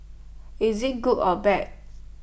is IT good or bad